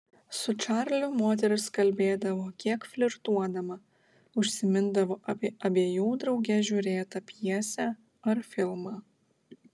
su čarliu moteris kalbėdavo kiek flirtuodama užsimindavo apie abiejų drauge žiūrėtą pjesę ar filmą